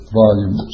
volume